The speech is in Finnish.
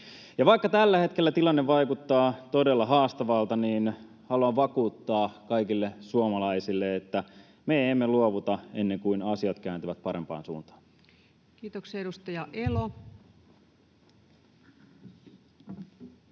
vaikka tällä hetkellä tilanne vaikuttaa todella haastavalta, niin haluan vakuuttaa kaikille suomalaisille, että me emme luovuta ennen kuin asiat kääntyvät parempaan suuntaan. [Speech 42] Speaker: Ensimmäinen